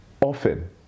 often